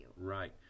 Right